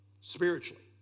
spiritually